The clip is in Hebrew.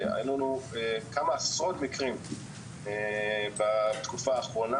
והיו לנו כמה עשרות מקרים בתקופה האחרונה